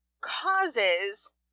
causes